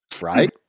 right